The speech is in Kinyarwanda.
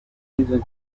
ushinzwe